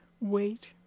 wait